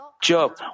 Job